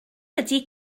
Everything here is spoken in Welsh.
ydy